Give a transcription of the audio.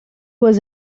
was